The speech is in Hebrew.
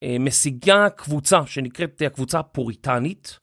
משיגה קבוצה שנקראת הקבוצה הפוריטנית.